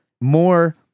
more